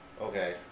okay